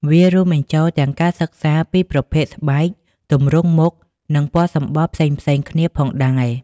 វារួមបញ្ចូលទាំងការសិក្សាពីប្រភេទស្បែក ទម្រង់មុខ និងពណ៌សម្បុរផ្សេងៗគ្នាផងដែរ។